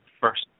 first